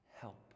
help